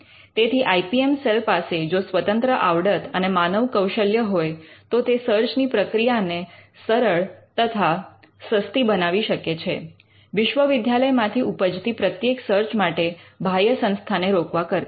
તેથી I P M cell પાસે જો સ્વતંત્ર આવડત અને માનવ કૌશલ્ય હોય તો તે સર્ચની પ્રક્રિયાને સરળ તથા સસ્તી બનાવી શકે છે વિશ્વવિદ્યાલયમાંથી ઉપજતી પ્રત્યેક સર્ચ માટે બાહ્ય સંસ્થાને રોકવા કરતાં